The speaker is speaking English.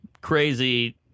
crazy